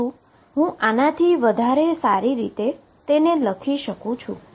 પરંતુ આને હું વધુ સારું કરી શકું છું